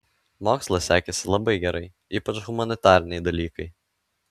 mokslas sekėsi labai gerai ypač humanitariniai dalykai